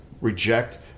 reject